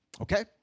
Okay